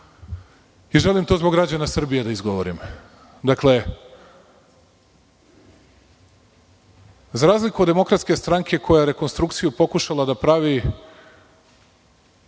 i želim to zbog građana Srbije da izgovorim. Dakle, za razliku od Demokratske stranke koja je rekonstrukciju pokušala da pravi